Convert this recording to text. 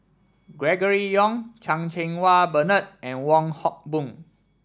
Gregory Yong Chan Cheng Wah Bernard and Wong Hock Boon